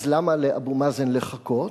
אז למה לאבו מאזן לחכות?